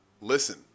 listen